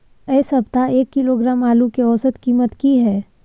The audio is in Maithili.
ऐ सप्ताह एक किलोग्राम आलू के औसत कीमत कि हय?